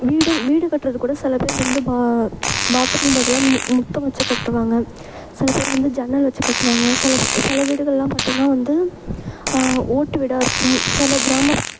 வீடும் வீடு கட்டுறது கூட சில பேர் வந்து பா பாத் ரூம் பதிலாக மு முற்றம் வெச்சு கட்டுவாங்க சில பேர் வந்து ஜன்னல் வெச்சு கட்டுவாங்க சில சில வீடுகளெலாம் பார்த்தீங்கன்னா வந்து ஓட்டு வீடாக இருக்கும் சில கிராமப்